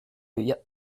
yupp